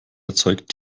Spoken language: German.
erzeugt